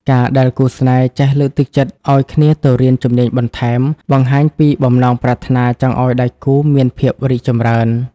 ការដែលគូស្នេហ៍ចេះ "លើកទឹកចិត្តឱ្យគ្នាទៅរៀនជំនាញបន្ថែម" បង្ហាញពីបំណងប្រាថ្នាចង់ឱ្យដៃគូមានភាពរីកចម្រើន។